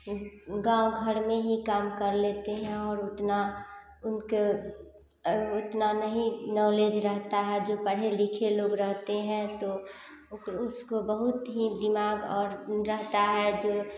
गाँव घर मे ही काम कर लेते हैं और उतना उनके अर उतना नहीं नॉलेज रहता है जो पढ़े लिखे लोग रहते हैं तो उसको बहुत ही दिमाग और रहता है जो